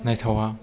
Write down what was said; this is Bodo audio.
नायथावा